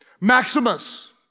Maximus